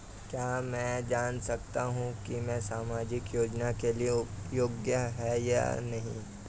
मैं कैसे जान सकता हूँ कि मैं सामाजिक योजना के लिए योग्य हूँ या नहीं?